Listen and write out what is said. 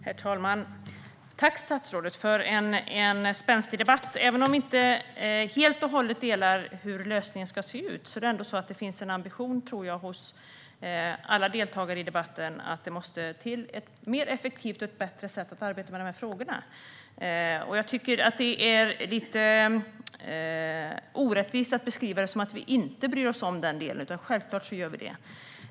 Herr talman! Tack, statsrådet, för en spänstig debatt! Även om vi inte helt och hållet delar uppfattning om hur lösningen ska se ut finns det ändå en ambition hos alla deltagare i debatten om att det måste till ett effektivare och bättre sätt att arbeta med frågorna. Det är lite orättvist att beskriva det som om vi inte bryr oss om den delen. Självklart gör vi det.